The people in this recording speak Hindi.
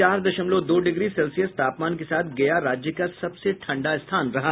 चार दशमलव दो डिग्री सेल्सियस तापमान के साथ गया राज्य का सबसे ठंडा स्थान रहा